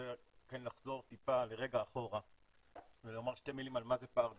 רוצה לחזור טיפה אחורה ולומר שתי מילים על מה זה פער דיגיטלי.